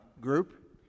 group